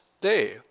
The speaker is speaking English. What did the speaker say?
day